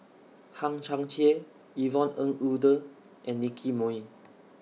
Hang Chang Chieh Yvonne Ng Uhde and Nicky Moey